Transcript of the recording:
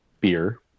beer